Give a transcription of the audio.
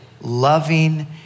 loving